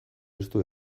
estu